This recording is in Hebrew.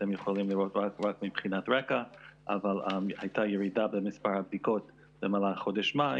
אבל היתה ירידה במספר הבדיקות במהלך חודש מאי